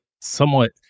somewhat